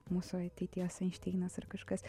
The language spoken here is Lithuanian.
mūsų ateities einšteinas ar kažkas